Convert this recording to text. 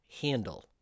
handle